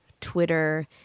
Twitter